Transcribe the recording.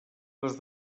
les